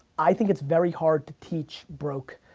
i think it's very hard to teach broke.